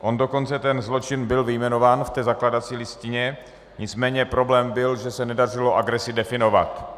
On dokonce ten zločin byl vyjmenován v zakládací listině, nicméně problém byl, že se nedařilo agresi definovat.